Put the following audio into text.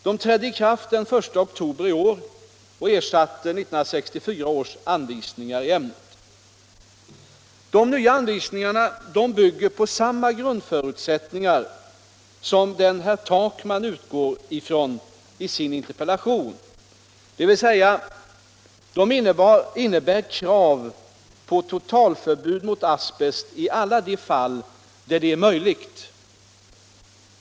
De trädde i kraft den 1 oktober i år och ersatte 1964 års anvisningar i ämnet. De nya anvisningarna bygger på samma grundförutsättningar, som dem herr Takman utgår från i sin interpellation, dvs. de innebär krav på totalförbud mot asbest i alla de fall där det är möjligt.